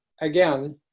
again